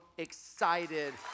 excited